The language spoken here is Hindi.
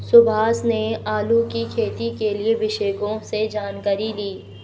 सुभाष ने आलू की खेती के लिए विशेषज्ञों से जानकारी ली